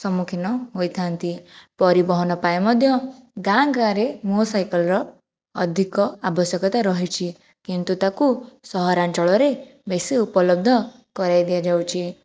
ସମ୍ମୁଖୀନ ହୋଇଥାନ୍ତି ପରିବହନ ପାଇଁ ମଧ୍ୟ ଗାଁ ଗାଁରେ ମୋ ସାଇକଲର ଅଧିକ ଆବଶ୍ୟକତା ରହିଛି କିନ୍ତୁ ତାକୁ ସହରାଞ୍ଚଳରେ ବେଶୀ ଉପଲବ୍ଧ କରାଇ ଦିଆଯାଉଛି